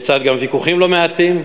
לצד ויכוחים לא מעטים,